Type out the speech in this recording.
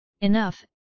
Enough